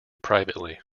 privately